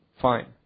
fine